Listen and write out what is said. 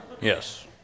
Yes